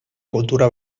cultura